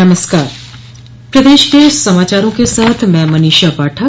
नमस्कार प्रदेश के समाचारों के साथ मैं मनीषा पाठक